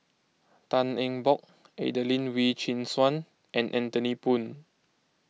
Tan Eng Bock Adelene Wee Chin Suan and Anthony Poon